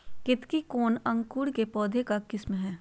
केतकी कौन अंकुर के पौधे का किस्म है?